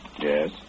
Yes